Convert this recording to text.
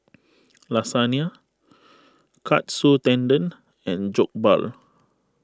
Lasagne Katsu Tendon and Jokbal